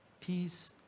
peace